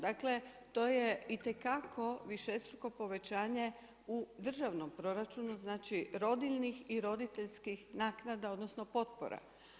Dakle to je itekako višestruko povećanje u državnom proračunu, znači rodiljnih i roditeljskih naknada, odnosno potpora.